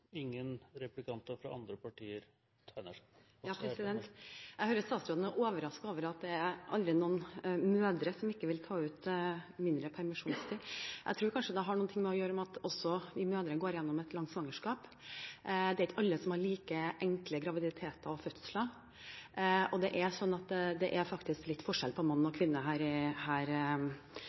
Jeg hører at statsråden er overrasket over at det aldri er noen mødre som vil ta ut mindre permisjonstid. Jeg tror kanskje det har noe å gjøre med at mødre går gjennom et langt svangerskap, det er ikke alle som har like enkle graviditeter og fødsler. Det er faktisk litt forskjell på mann og kvinne også når det gjelder det å få barn, så er nå det sagt. Det